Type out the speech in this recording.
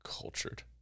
cultured